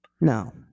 no